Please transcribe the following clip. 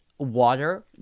Water